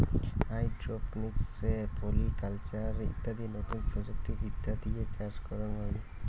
hydroponics, poly culture ইত্যাদি নতুন প্রযুক্তি বিদ্যা দিয়ে চাষ করাঙ হই